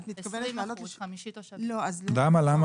למה?